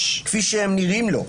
כפי שהם נראים לו.